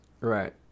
Right